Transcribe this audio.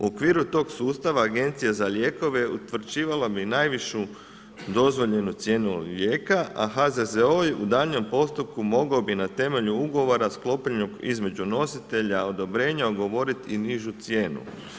U okviru tog sustava agencija za lijekove utvrđivala bi najvišu dozvoljenu cijenu lijeka, a HZZO u daljnjem postupku mogao bi na temelju ugovora sklopljenog između nositelja odobrenja ugovorit i nižu cijenu.